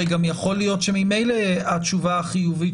הרי גם יכול להיות שממילא התשובה החיובית